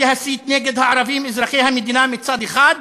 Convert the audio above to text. להסית נגד הערבים אזרחי המדינה מצד אחד,